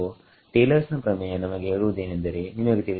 so Taylor's ನ ಪ್ರಮೇಯ ನಮಗೆ ಹೇಳುವುದು ಏನೆಂದರೆ ನಿಮಗೆ ತಿಳಿದಿದೆ